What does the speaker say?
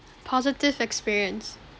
positive experience